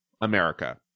America